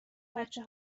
بچه